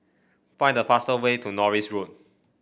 find the fastest way to Norris Road